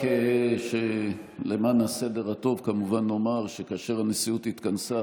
רק למען הסדר הטוב כמובן נאמר שכאשר הנשיאות התכנסה,